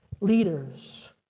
leaders